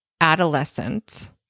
adolescent